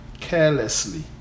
carelessly